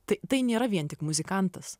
tai tai nėra vien tik muzikantas